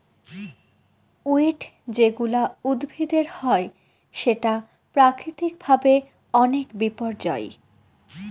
weed যেগুলা উদ্ভিদের হয় সেটা প্রাকৃতিক ভাবে অনেক বিপর্যই